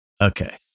Okay